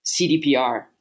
CDPR